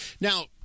now